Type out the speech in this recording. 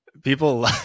People